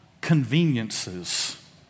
conveniences